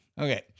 Okay